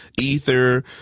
ether